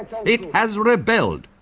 it has rebelled,